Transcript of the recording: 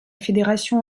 fédération